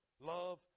love